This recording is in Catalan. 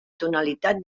tonalitat